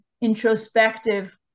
introspective